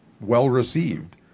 well-received